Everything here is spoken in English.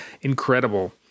incredible